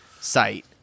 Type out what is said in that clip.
site